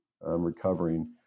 recovering